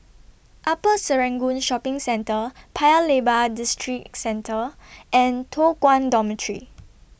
Upper Serangoon Shopping Centre Paya Lebar Districentre and Toh Guan Dormitory